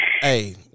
Hey